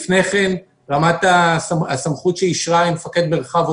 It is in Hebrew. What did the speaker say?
לפני כן רמת הסמכות שאישרה היא מפקד מרחב,